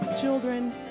children